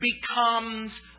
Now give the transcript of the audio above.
becomes